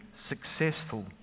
successful